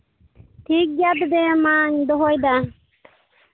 ᱴᱷᱤᱠ ᱜᱮᱭᱟ ᱛᱚᱵᱮ ᱢᱟᱧ ᱫᱚᱦᱚᱭ ᱫᱟ